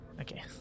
Okay